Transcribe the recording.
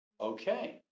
Okay